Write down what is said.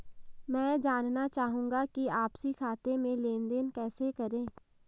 मैं जानना चाहूँगा कि आपसी खाते में लेनदेन कैसे करें?